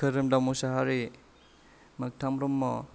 खोरोमदाव मसाहारि मोखथां ब्रह्म